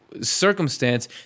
circumstance